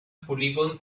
polígon